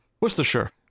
Worcestershire